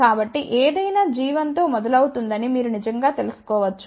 కాబట్టి ఏదైనా g1 తో మొదలవుతుందని మీరు నిజంగా తెలుసుకోవచ్చు